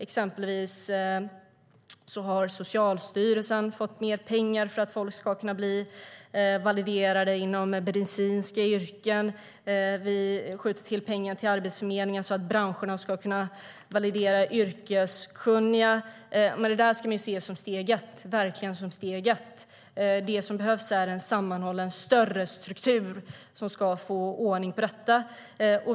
Exempelvis har Socialstyrelsen fått mer pengar för att folk ska kunna bli validerade inom medicinska yrken. Vi skjuter till pengar till Arbetsförmedlingen, så att branscherna ska kunna validera yrkeskunniga. Detta ska vi se som steg ett. Det som behövs är en sammanhållen större struktur för att få ordning på detta.